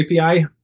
API